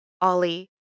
Ollie